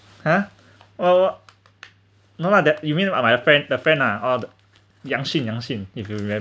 ha oh no lah that you mean about my friend the friend ah or yang shin yang shin if you remember